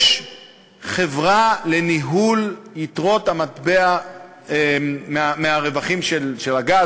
יש חברה לניהול יתרות המטבע מהרווחים של הגז,